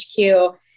HQ